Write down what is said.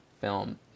film